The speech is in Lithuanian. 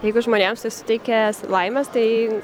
jeigu žmonėms tai suteikia laimės tai